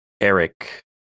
Eric